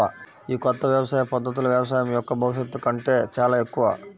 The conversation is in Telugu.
ఈ కొత్త వ్యవసాయ పద్ధతులు వ్యవసాయం యొక్క భవిష్యత్తు కంటే చాలా ఎక్కువ